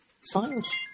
science